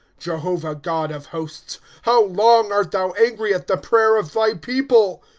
jehovah, god of hosts, how long art thou angry at the prayer of thy people?